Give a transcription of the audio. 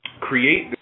create